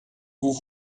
vous